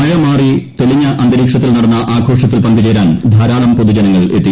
മഴ മാറി തെളിഞ്ഞ അന്തരീക്ഷത്തിൽ നടന്ന ആഘോഷത്തിൽ പങ്കുചേരാൻ ധാരാളം പൊതുജനങ്ങൾ എത്തി